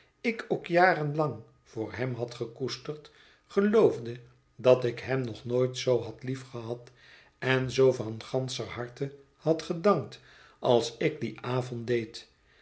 ik ook jaren lang voor hem had gekoesterd geloofde dat ik hem nog nooit zoo had liefgehad en zoo van ganscher harte had gedankt als ik dien avond deed